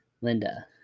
Linda